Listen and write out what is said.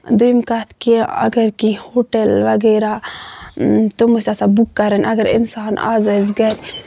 دۄیِم کَتھ کہِ اَگر کیٚنٛہہ ہوٹَل وَغیرہ تِم ٲسۍ آسان بُک کَرٕنۍ اَگر اِنسان آز آسہِ گرِ